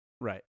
Right